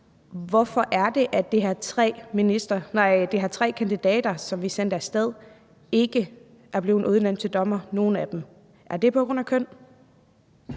Hvorfor er ingen af de her tre kandidater, som vi sendte af sted, blevet udnævnt til dommer? Er det på grund af køn?